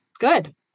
Good